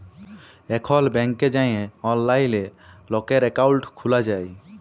এখল ব্যাংকে যাঁয়ে অললাইলে লকের একাউল্ট খ্যুলা যায়